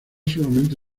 solamente